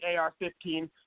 AR-15